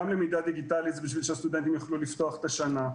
גם למידה דיגיטלית בשביל שהסטודנטים יוכלו לפתוח את השנה,